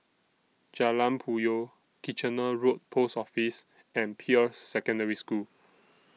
Jalan Puyoh Kitchener Road Post Office and Peirce Secondary School